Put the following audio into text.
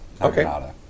Okay